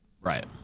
right